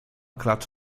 klacz